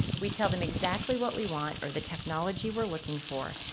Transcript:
we tell them exactly what we want or the technology we're looking for,